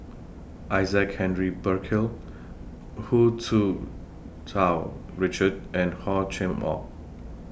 Isaac Henry Burkill Hu Tsu Tau Richard and Hor Chim Or